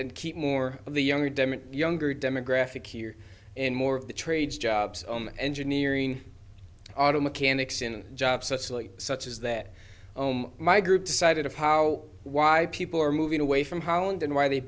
and keep more of the younger demo younger demographic here in more of the trades jobs engineering auto mechanics in jobs such like such as that home my group decided of how why people are moving away from holland and why they